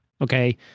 okay